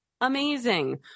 amazing